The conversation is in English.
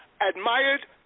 admired